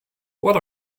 what